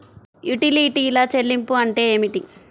యుటిలిటీల చెల్లింపు అంటే ఏమిటి?